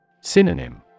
Synonym